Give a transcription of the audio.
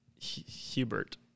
Hubert